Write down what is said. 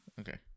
Okay